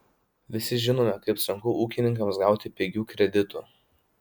visi žinome kaip sunku ūkininkams gauti pigių kreditų